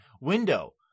window